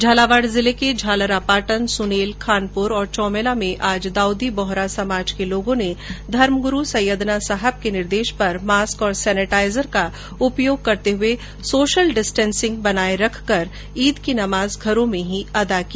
झालावाड जिले के झालरापाटन सुनेल खानपुर और चौमेला में आज दाउदी बोहरा समाज के लोगों ने धर्मगुरू सैयदना साहब के निर्देश पर मास्क और सेनिटाइजर का उपयोग करते हुए और सोशल डिस्टेसिंग बनाये रखकर ईद की नमाज घरों में ही अदा की